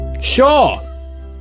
Sure